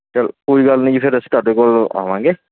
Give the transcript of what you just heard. ਚਲੋ ਕੋਈ ਗੱਲ ਨਹੀਂ ਜੀ ਫਿਰ ਅਸੀਂ ਤੁਹਾਡੇ ਕੋਲ ਆਵਾਂਗੇ